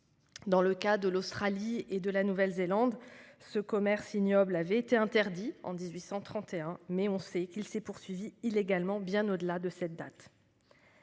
Dans le cas de l'Australie et de la Nouvelle-Zélande, ce commerce ignoble a été interdit en 1831, mais on sait qu'il s'est poursuivi illégalement bien au-delà de cette date.